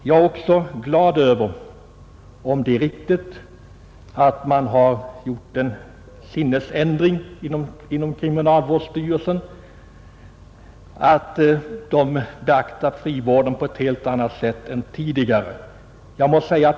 Jag är också glad över, om det är riktigt som justitieministerns säger, att det skett en sinnesändring inom kriminalvårdsstyrelsen och att man där numera betraktar frivården på ett annat sätt än tidigare.